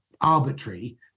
arbitrary